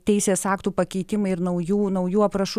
teisės aktų pakeitimai ir naujų naujų aprašų